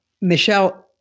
Michelle